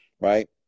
right